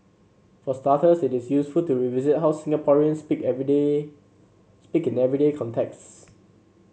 for starters it is useful to revisit how Singaporeans speak everyday speak in everyday contexts